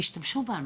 תשתמשו בנו,